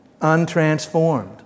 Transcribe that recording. untransformed